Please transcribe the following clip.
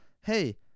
hey